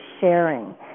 sharing